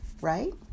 right